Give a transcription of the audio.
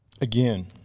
Again